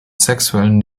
sexuellen